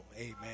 Amen